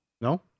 No